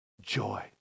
joy